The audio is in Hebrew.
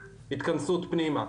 התכנסות פנימה.